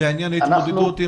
לעניין התמודדות?